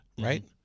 right